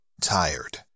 tired